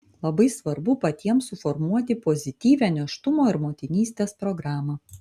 labai svarbu patiems suformuoti pozityvią nėštumo ir motinystės programą